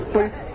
Please